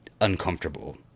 uncomfortable